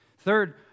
Third